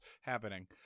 happening